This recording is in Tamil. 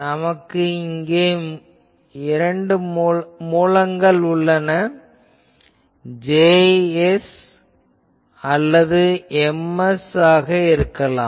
நமக்கு இங்கே மூலங்கள் உள்ளன அவை Js அல்லது Ms ஆக இருக்கலாம்